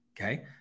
Okay